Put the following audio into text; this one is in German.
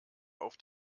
auf